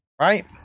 Right